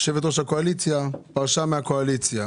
יושבת-ראש הקואליציה פרשה מהקואליציה.